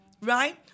right